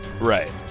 Right